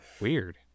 weird